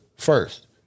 First